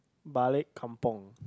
balik kampung